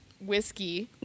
whiskey